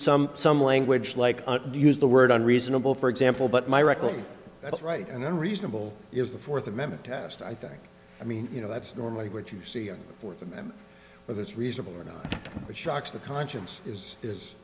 some some language like use the word on reasonable for example but my record that's right and then reasonable is the fourth amendment test i think i mean you know that's normally what you see in the fourth amendment whether it's reasonable or not it shocks the conscience is is